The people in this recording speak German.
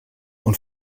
und